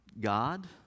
God